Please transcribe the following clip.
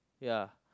ya